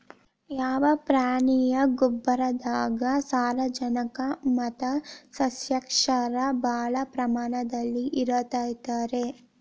ಯಾವ ಪ್ರಾಣಿಯ ಗೊಬ್ಬರದಾಗ ಸಾರಜನಕ ಮತ್ತ ಸಸ್ಯಕ್ಷಾರ ಭಾಳ ಪ್ರಮಾಣದಲ್ಲಿ ಇರುತೈತರೇ?